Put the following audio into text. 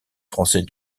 français